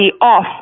off